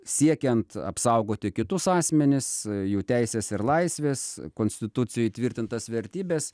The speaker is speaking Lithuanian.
siekiant apsaugoti kitus asmenis jų teises ir laisves konstitucijoj įtvirtintas vertybes